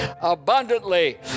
abundantly